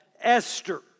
Esther